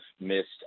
missed